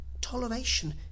toleration